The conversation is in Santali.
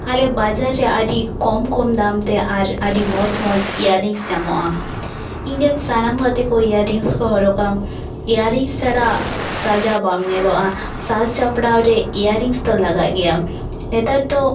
ᱟᱞᱮ ᱵᱟᱡᱟᱨᱮ ᱟᱹᱰᱤ ᱠᱚᱢ ᱠᱚᱢ ᱫᱟᱢ ᱛᱮ ᱟᱹᱰᱤ ᱢᱚᱸᱡᱽ ᱤᱭᱟᱨ ᱨᱤᱝᱥ ᱧᱟᱢᱚᱜᱼᱟ ᱤᱧ ᱨᱮᱱ ᱥᱟᱱᱟᱢ ᱜᱟᱛᱮ ᱠᱚ ᱤᱭᱟᱨ ᱨᱤᱝᱥ ᱠᱚ ᱦᱚᱨᱚᱜᱟ ᱤᱭᱟᱨ ᱨᱤᱝᱥ ᱪᱷᱟᱲᱟ ᱥᱟᱡᱟᱣ ᱵᱟᱢ ᱧᱮᱞᱚᱜᱼᱟ ᱥᱟᱡ ᱥᱟᱯᱲᱟᱣ ᱨᱮ ᱤᱭᱟᱨ ᱨᱤᱝᱥ ᱫᱚ ᱞᱟᱜᱟᱜ ᱜᱮᱭᱟ ᱱᱮᱛᱟᱨ ᱫᱚ